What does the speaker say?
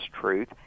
truth